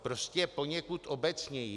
Prostě poněkud obecněji.